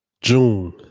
June